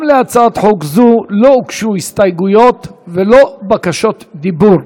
גם להצעת חוק זו לא הוגשו הסתייגויות ולא בקשות דיבור.